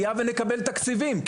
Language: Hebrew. היה ונקבל תקציבים.